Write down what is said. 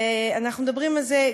ואנחנו מדברים על זה,